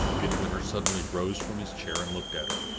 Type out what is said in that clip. midwinter suddenly rose from his chair and looked at her.